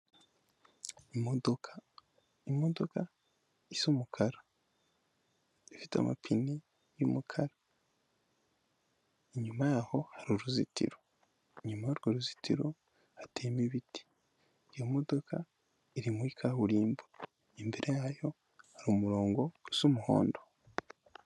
Imodoka imodoka z'umukara ifite amapine y'umukara inyuma yaho hari uruzitiro, inyuma y'urwo ruzitiro atema ibiti iyo modoka iri muri kaburimbo imbere yayo hari umurongo usa umuhondo.